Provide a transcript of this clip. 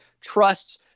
Trusts